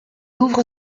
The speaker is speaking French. ouvre